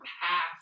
half